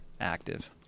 active